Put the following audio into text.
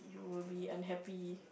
we'll be unhappy